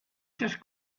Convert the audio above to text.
just